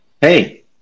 Hey